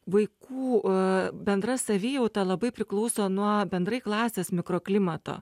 vaikų e bendra savijauta labai priklauso nuo bendrai klasės mikroklimato